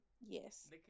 Yes